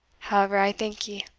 however, i thank ye.